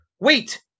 Wait